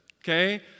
okay